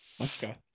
Okay